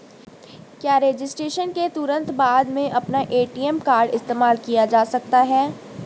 क्या रजिस्ट्रेशन के तुरंत बाद में अपना ए.टी.एम कार्ड इस्तेमाल किया जा सकता है?